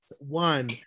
One